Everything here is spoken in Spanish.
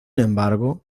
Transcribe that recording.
embargo